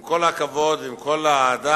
עם כל הכבוד ועם כל האהדה,